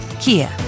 Kia